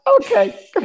Okay